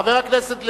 חבר הכנסת לוין,